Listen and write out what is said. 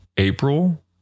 April